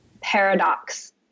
paradox